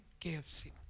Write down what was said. KFC